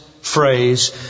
phrase